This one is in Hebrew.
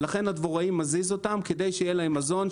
ולכן הדבוראי מזיז אותן כדי שיהיה להן מזון,